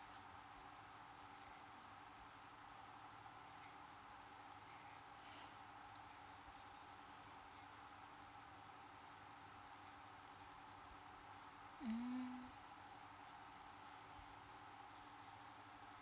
mm